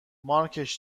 مارکش